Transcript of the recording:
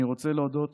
אני רוצה להודות